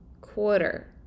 quarter